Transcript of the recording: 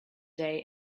day